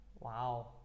Wow